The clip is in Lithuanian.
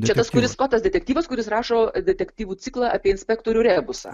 čia tas kuris skotas detektyvas kuris rašo detektyvų ciklą apie inspektorių rebusą